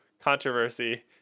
controversy